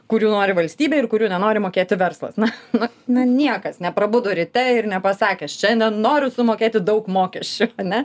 kurių nori valstybė ir kurių nenori mokėti verslas na na na niekas neprabudo ryte ir nepasakė šiandien noriu sumokėti daug mokesčių ane